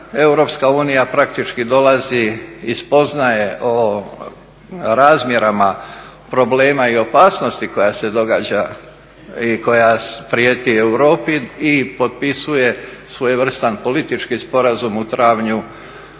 i tada EU praktički dolazi iz spoznaje o razmjerama problema i opasnosti koja se događa i koja prijeti Europi, i potpisuje svojevrsni politički sporazum u travnju